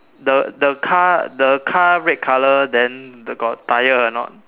the the car the car red colour then got tyre or not